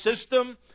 system